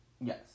Yes